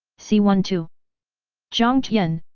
c one two jiang tian,